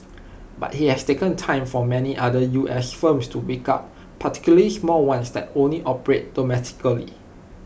but IT has taken time for many other U S firms to wake up particularly small ones that only operate domestically